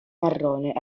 marrone